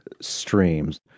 streams